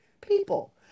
People